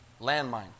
landmine